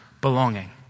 belonging